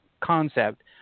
concept